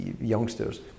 youngsters